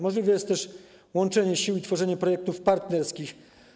Możliwe jest też łączenie sił i tworzenie projektów partnerskich.